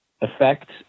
affect